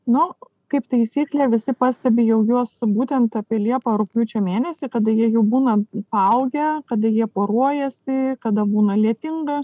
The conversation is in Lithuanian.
no kaip taisyklė visi pastebi jau juos būtent apie liepą rugpjūčio mėnesį kada jie būna paaugę kada jie poruojasi kada būna lietinga